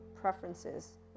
preferences